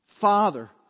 Father